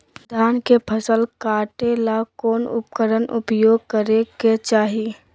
धान के फसल काटे ला कौन उपकरण उपयोग करे के चाही?